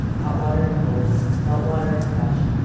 hot water and cold, saltwater and fresh,